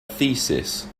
thesis